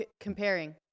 comparing